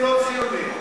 לא ציוני.